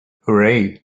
hooray